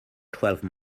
twelve